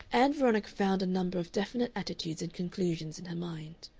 ann veronica found a number of definite attitudes and conclusions in her mind.